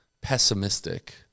pessimistic